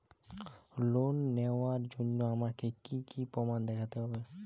Loan নেওয়ার জন্য আমাকে কী কী প্রমাণ দেখতে হবে?